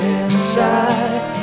inside